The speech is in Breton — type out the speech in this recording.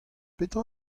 petra